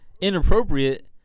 inappropriate